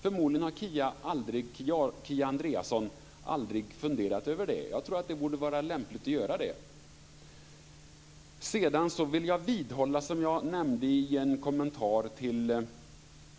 Förmodligen har Kia Andreasson aldrig funderat över det, men jag tror att det kunde vara lämpligt att göra det. Sedan vill jag vidhålla, som jag nämnde i en kommentar till